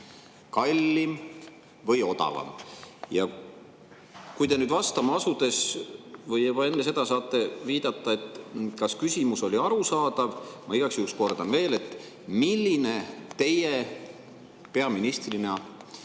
kallim või odavam. Kuna te nüüd vastama asudes või juba enne seda saate viidata, kas küsimus oli arusaadav, ma igaks juhuks kordan veel. Milline teie kui peaministri